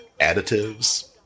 additives